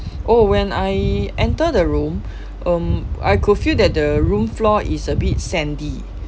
oh when I enter the room um I could feel that the room floor is a bit sandy